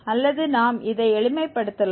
அல்லது நாம் இதை எளிமைப்படுத்தலாம்